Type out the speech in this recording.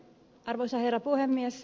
arvoisa herra puhemies